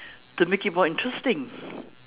to make it more interesting